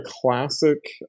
classic